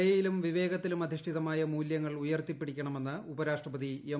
ദയയിലും വിവേകത്തിലും അധിഷ്ഠിതമായ മൂലൃങ്ങൾ ഉയർത്തിപ്പിടിക്കണ്ണ്ഐന്ന് ഉപരാഷ്ട്രപതി എം